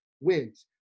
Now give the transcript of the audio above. wins